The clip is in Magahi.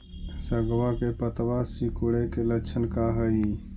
सगवा के पत्तवा सिकुड़े के लक्षण का हाई?